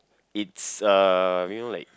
it's uh you know like